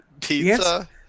Pizza